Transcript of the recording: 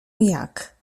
jak